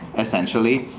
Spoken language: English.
essentially.